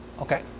okay